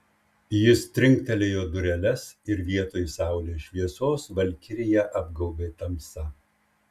jis trinktelėjo dureles ir vietoj saulės šviesos valkiriją apgaubė tamsa